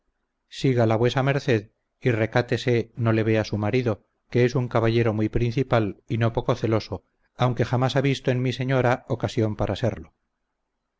ella sígala vuesa merced y recátese no le vea su marido que es un caballero muy principal y no poco celoso aunque jamás ha visto en mí señora ocasión para serlo